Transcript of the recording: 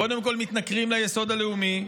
קודם כול, מתנכרים ליסוד הלאומי.